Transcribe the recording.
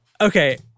Okay